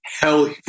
Hell